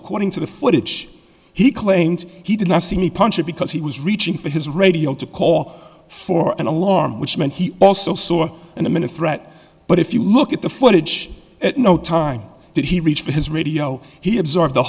according to the footage he claimed he did not see any punches because he was reaching for his radio to call for an alarm which meant he also saw in a minute threat but if you look at the footage at no time did he reach for his radio he absorbed the